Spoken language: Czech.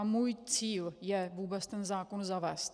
Můj cíl je vůbec ten zákon zavést.